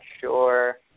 sure